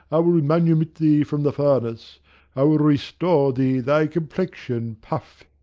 i will manumit thee from the furnace i will restore thee thy complexion, puffe,